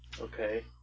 Okay